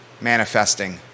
manifesting